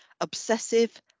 obsessive